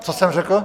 Co jsem řekl?